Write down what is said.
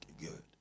Good